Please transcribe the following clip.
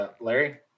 Larry